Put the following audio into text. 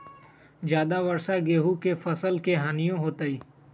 ज्यादा वर्षा गेंहू के फसल मे हानियों होतेई?